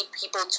people